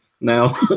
now